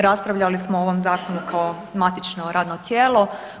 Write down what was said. Raspravljali smo o ovom zakonu kao matično radno tijelo.